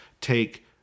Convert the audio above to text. take